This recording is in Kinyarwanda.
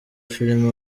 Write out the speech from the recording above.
filime